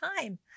time